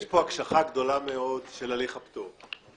יש פה הקשחה גדולה מאוד של הליך הפטור,